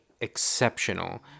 exceptional